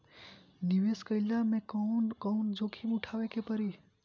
निवेस कईला मे कउन कउन जोखिम उठावे के परि?